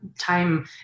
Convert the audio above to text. time